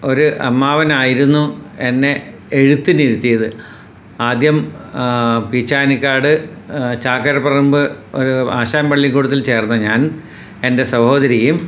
ഒരു അമ്മാവനായിരുന്നു എന്നെ എഴുത്തിനിരുത്തിയത് ആദ്യം പീച്ചാനിക്കാട് ചാക്കരപ്പറമ്പ് ഒരു ആശാൻ പള്ളിക്കൂടത്തിൽ ചേർന്ന ഞാൻ എൻ്റെ സഹോദരിയും